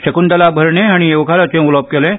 शकूंतला भरणे हांणी येवकाराचें उलोवप केलें